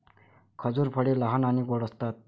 खजूर फळे लहान आणि गोड असतात